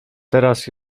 teraz